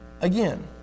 Again